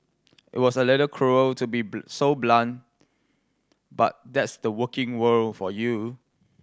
it was a little cruel to be so blunt but that's the working world for you